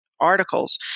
articles